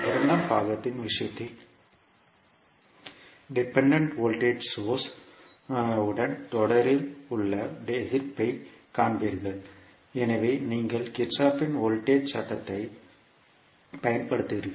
இரண்டாம் பாகத்தின் விஷயத்தில் டிபெண்டன்ட் வோல்டேஜ் சோர்ஸ் உடன் தொடரில் உள்ள எதிர்ப்பைக் காண்பீர்கள் எனவே நீங்கள் கிர்ச்சோஃப்பின் வோல்டேஜ் சட்டத்தைப் Kirchhoff's voltage law பயன்படுத்துவீர்கள்